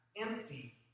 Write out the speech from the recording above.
Empty